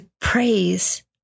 praise